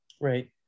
right